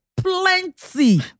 Plenty